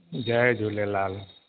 Jay Jhulelal